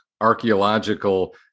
archaeological